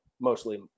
mostly